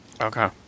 Okay